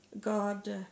God